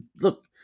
look